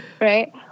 Right